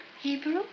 Hebrew